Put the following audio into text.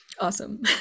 awesome